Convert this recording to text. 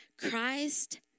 Christ